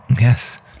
Yes